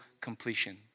completion